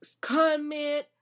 comment